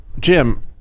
Jim